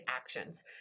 actions